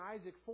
Isaac